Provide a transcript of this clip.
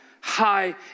high